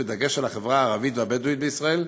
בדגש על החברה הערבית והבדואית בישראל,